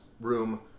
room